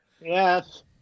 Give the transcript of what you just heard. yes